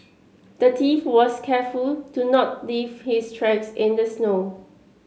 the thief was careful to not leave his tracks in the snow